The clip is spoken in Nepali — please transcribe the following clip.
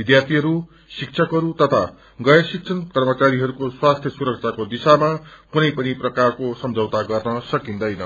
विध्यार्थीहरू शिक्षकरू तथा गैर शिक्षण कर्मचारीहरूको स्वास्थ्य सुरक्षको दिशामा कुनै पनि प्रकारको सम्झौता गर्न सकिदैन